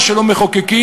מה שלא מחוקקים,